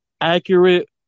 accurate